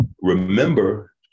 remember